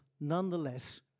nonetheless